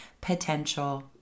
potential